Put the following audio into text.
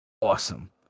awesome